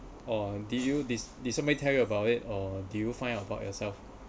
or did you did somebody tell you about it or did you find out about yourself